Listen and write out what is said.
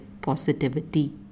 positivity